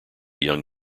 young